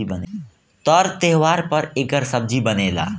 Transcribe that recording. तर त्योव्हार पर एकर सब्जी बनेला